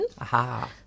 Aha